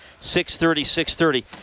630-630